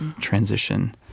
transition